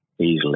easily